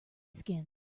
skin